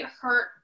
hurt